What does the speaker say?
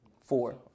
four